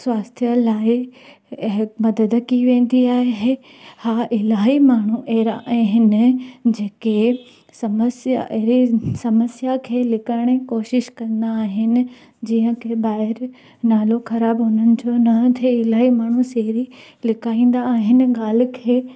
स्वास्थ्य लाइ मदद कई वेंदी आहे हा इलाही माण्हू अहिड़ा आहिनि जेके समस्या अहिड़ी समस्या खे लिकाइण जी कोशिशि कंदा आहिनि जीअं की ॿाहिरि नालो ख़राबु उन्हनि जो न थिए इलाही माण्हू सीरी लिकाईंदा आहिनि ॻाल्हि खे